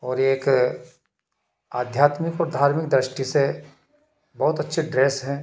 और एक आध्यात्मिक और धार्मिक दृष्टि से बहुत अच्छा ड्रेस है